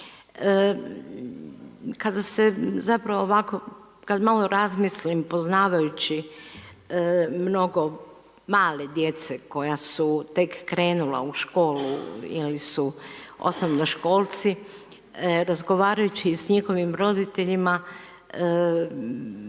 nam svima može pomoći. Kada malo razmislim poznavajući mnogo male djece koja su tek krenula u školu ili su osnovnoškolci, razgovarajući s njihovim roditeljima,